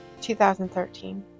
2013